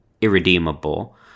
irredeemable